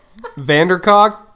Vandercock